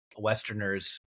Westerners